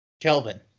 Kelvin